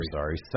sorry